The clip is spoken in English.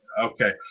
okay